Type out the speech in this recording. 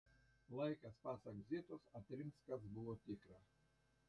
laikas pasak zitos atrinks kas buvo tikra